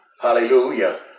Hallelujah